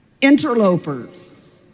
interlopers